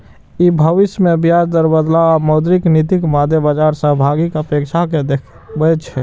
ई भविष्य मे ब्याज दर बदलाव आ मौद्रिक नीतिक मादे बाजार सहभागीक अपेक्षा कें देखबै छै